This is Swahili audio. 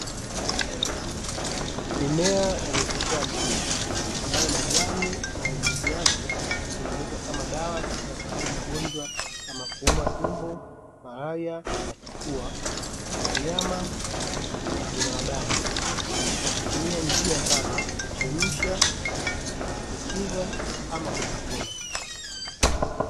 Mimea ya mitishamba ambayo majani na mizizi yake hutumika kama dawa katika kutibu magonjwa kama kuumwa tumbo, malaria na kifua kwa wanyama na binadamu kwa kutumia njia kama kuchemsha ,kujifukiza ama kutafuna.